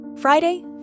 Friday